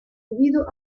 individuos